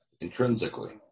Intrinsically